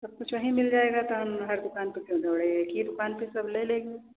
सब कुछ वहीं मिल जाएगा तो हम हर दुकान पर क्यों दौड़े एक ही दुकान पर सब ले लेंगे